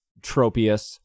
tropius